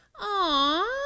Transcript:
aw